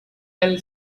fell